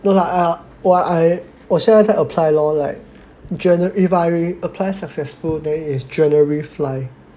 no lah ah 我 I 我现在 apply lor like Januar~ if I reapply successful then is January fly